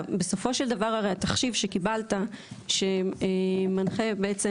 בסופו של דבר הרי התחשיב שקיבלת שמנחה בעצם